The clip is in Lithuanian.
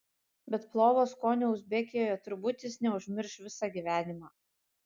bet plovo skonio uzbekijoje turbūt jis neužmirš visą gyvenimą